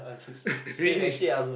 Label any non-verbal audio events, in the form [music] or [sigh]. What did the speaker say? [laughs] really